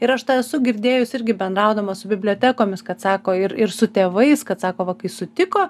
ir aš tą esu girdėjusi irgi bendraudama su bibliotekomis kad sako ir ir su tėvais kad sako va kai sutiko